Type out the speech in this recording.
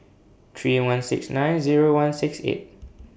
three one six nine Zero one six eight